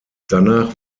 danach